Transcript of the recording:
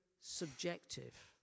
subjective